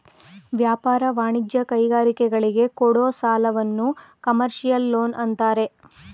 ವ್ಯಾಪಾರ, ವಾಣಿಜ್ಯ, ಕೈಗಾರಿಕೆಗಳಿಗೆ ಕೊಡೋ ಸಾಲವನ್ನು ಕಮರ್ಷಿಯಲ್ ಲೋನ್ ಅಂತಾರೆ